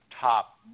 top